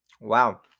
Wow